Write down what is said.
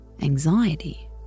anxiety